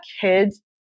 kids